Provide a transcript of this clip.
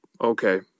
okay